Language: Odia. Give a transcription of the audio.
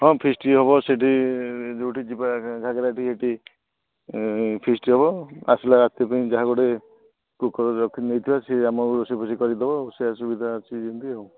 ହଁ ଫିଷ୍ଟ୍ ହେବ ସେଇଠି ଯେଉଁଠି ଯିବା ଘାଗରାଠି ଯେଉଁଠି ଫିଷ୍ଟ୍ ହେବ ଆସିଲା ରାତି ପାଇଁ ଯାହା ଗୋଟେ କୁକ୍ ରଖିନେଇଥିବା ସେ ଆମକୁ ରୋଷେଇ ଫୋସେଇ କରିକି ଦେବ ରୋଷେୟା ସୁବିଧା ଅଛି ଯେମିତି